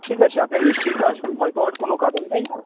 ঠিক আছে আপনি নিশ্চিন্তে আসুন ভয় পাওয়ার কোনো কারণ নেই